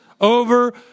over